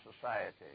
society